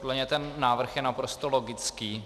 Podle mě ten návrh je naprosto logický.